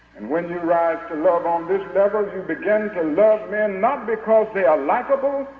and when you rise to love on this level, you begin to love men, not because they are likeable,